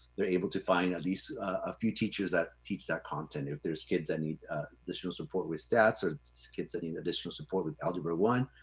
they're able to find at least a few teachers that teach that content. if there's kids that need additional support with stats or kids that need additional support with algebra one,